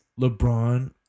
LeBron